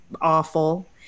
awful